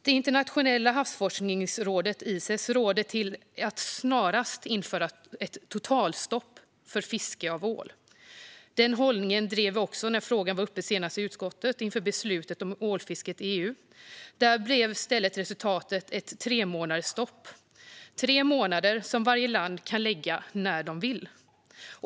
Det internationella havsforskningsrådet Ices råder till att snarast införa ett totalstopp för fiske av ål. Denna hållning drev vi också när frågan senast var uppe i utskottet inför beslutet om ålfisket i EU. Där blev i stället resultatet ett tremånadersstopp - tre månader som varje land kan lägga när de vill.